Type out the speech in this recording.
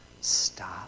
Stop